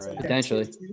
potentially